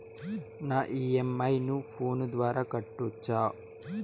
నా ఇ.ఎం.ఐ ను ఫోను ద్వారా కట్టొచ్చా?